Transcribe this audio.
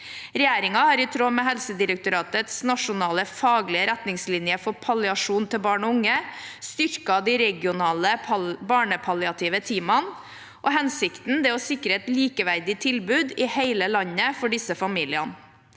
eget hjem. I tråd med Helsedirektoratets nasjonale faglige retningslinjer for palliasjon til barn og unge har regjeringen styrket de regionale barnepalliative teamene. Hensikten er å sikre et likeverdig tilbud i hele landet for disse familiene.